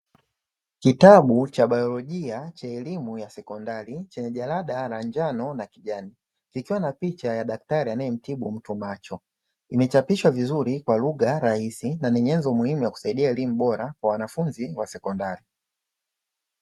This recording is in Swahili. Kitabu cha bayolojia cha elimu ya sekondari chenye jalada la njano na kijani. Kikiwa na picha ya daktari anayemtibu mtu macho. Imechapishwa vizuri kwa lagha rahisi na ni nyenzo muhimu ya kusaidia elimu bora kwa wanafunzi wa sekondari.